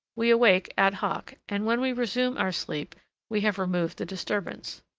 we awake ad hoc, and when we resume our sleep we have removed the disturbance.